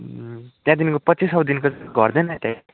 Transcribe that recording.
त्यहाँदेखि पच्चिस सयदेखि चाहिँ घट्दैन